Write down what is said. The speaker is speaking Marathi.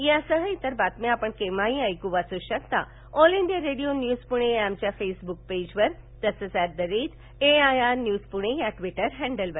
यासह इतर बातम्या आपण केव्हाही वाचू ऐकू शकता all India radio news Pune या आमच्या फेसबुक पेजवर तसंच एंडिए आय आर न्यूज पुणे या विउ हॅंडलवर